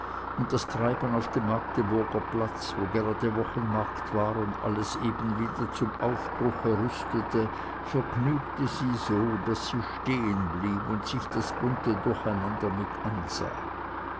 und das treiben auf dem magdeburger platze wo gerade wochenmarkt war und alles eben wieder zum aufbruch rüstete vergnügte sie so daß sie stehenblieb und sich das bunte durcheinander mit ansah